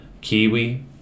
kiwi